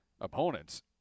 opponents